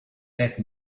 that